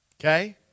Okay